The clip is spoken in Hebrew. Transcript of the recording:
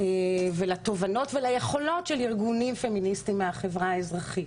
ולניסיון ולתובנות וליכולות של ארגונים פמיניסטיים מהחברה האזרחית,